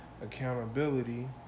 accountability